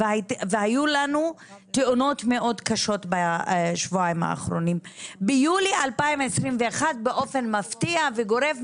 והיו לנו תאונות מאוד קשות בשבועיים האחרונים: באופן מפתיע וגורף,